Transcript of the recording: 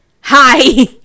hi